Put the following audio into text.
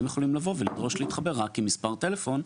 הם יכולים לבוא ולדרוש להתחבר רק עם מספר הטלפון,